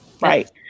right